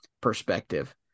perspective